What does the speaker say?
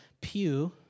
pew